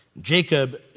Jacob